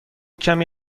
کمی